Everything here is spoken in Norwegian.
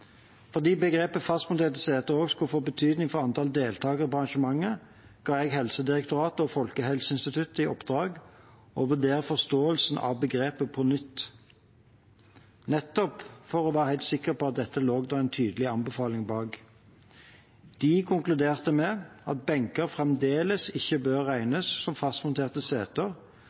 seter» også skulle få betydning for antall deltakere på arrangementene, ga jeg Helsedirektoratet og Folkehelseinstituttet i oppdrag å vurdere forståelsen av begrepet på nytt, nettopp for å være helt sikker på at dette lå det en tydelig anbefaling bak. De konkluderte med at benker fremdeles ikke bør regnes som fastmonterte seter,